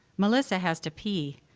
melissa has to pee,